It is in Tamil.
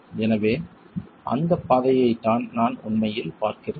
எனவே அந்தப் பாதையைத்தான் நான் உண்மையில் பார்க்கிறேன்